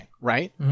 right